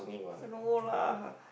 no lah